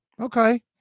Okay